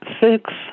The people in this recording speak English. six